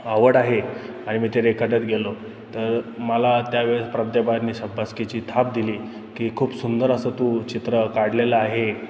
आवड आहे आणि मी ते रेखाटत गेलो तर मला त्यावेळेस शाब्बासकीची थाप दिली की खूप सुंदर असं तू चित्र काढलेलं आहे